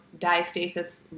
diastasis